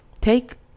take